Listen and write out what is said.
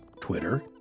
Twitter